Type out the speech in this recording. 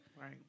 right